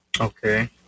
Okay